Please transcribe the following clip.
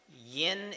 yin